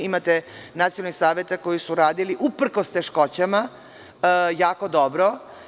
Imate nacionalnih saveta koji su, uprkos teškoćama, radili jako dobro.